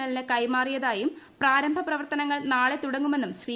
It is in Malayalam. എല്ലിന് കൈമാറിയതായും പ്രാരംഭ പ്രവർത്തനങ്ങൾ നാളെ തുടങ്ങുമെന്നും ശ്രീ